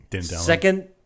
Second